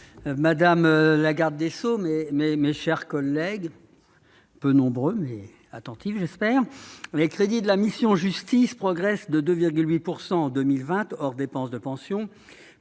madame la garde des Sceaux, mais, mais, mes chers collègues, peu nombreux mais attentif, j'espère, les crédits de la mission Justice progresse de 2,8 pourcent en 2020, hors dépenses de pensions